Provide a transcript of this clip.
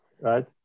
Right